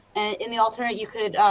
in the alternate, you could,